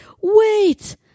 Wait